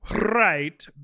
right